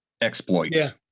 exploits